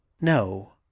No